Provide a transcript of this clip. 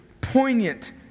poignant